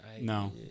No